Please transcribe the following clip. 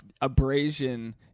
abrasion